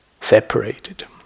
separated